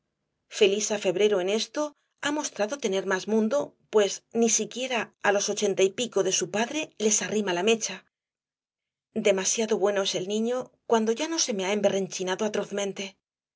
mano felisa febrero en esto ha mostrado tener más mundo pues ni siquiera á los ochenta y pico de su padre les arrima la mecha demasiado bueno es el niño cuando ya no se me ha emberrenchinado atrozmente